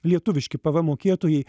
lietuviški pvm mokėtojai